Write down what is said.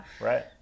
right